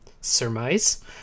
surmise